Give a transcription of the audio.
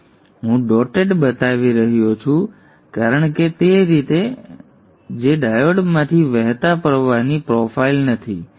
હવે હું ડોટેડ બતાવી રહ્યો છું કારણ કે તે તે રીત નથી જે ડાયોડમાંથી વહેતા પ્રવાહની પ્રોફાઇલ નથી